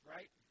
Right